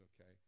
okay